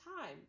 time